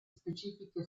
specifiche